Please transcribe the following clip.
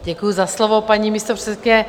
Děkuji za slovo, paní místopředsedkyně.